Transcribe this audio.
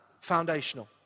foundational